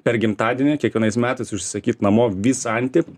per gimtadienį kiekvienais metais užsisakyt namo visą antį